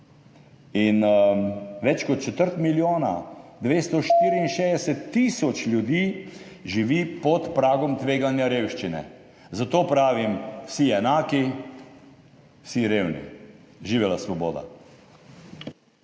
in več kot četrt milijona 264 tisoč ljudi živi pod pragom tveganja revščine. Zato pravim, vsi enaki, vsi revni. Živela svoboda.